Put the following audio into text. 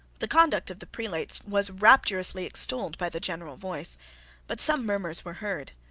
the conduct of the prelates was rapturously extolled by the general voice but some murmurs were heard.